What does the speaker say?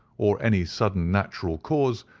or any sudden natural cause,